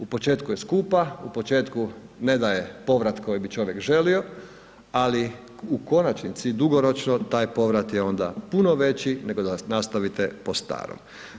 U početku je skupa, u početku ne daje povrat koji bi čovjek želio, ali u konačnici, dugoročno taj povrat je onda puno veći nego da nastavite po starom.